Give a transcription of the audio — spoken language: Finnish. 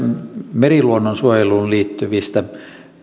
meriluonnon suojeluun liittyvistä